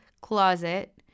closet